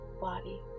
body